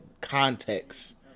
context